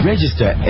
Register